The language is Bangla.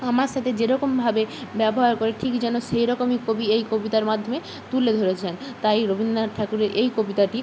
আমার সাথে যেরকমভাবে ব্যবহার করে ঠিক যেন সেই রকমই কবি এই কবিতার মাধ্যমে তুলে ধরেছেন তাই রবীন্দ্রনাথ ঠাকুরের এই কবিতাটি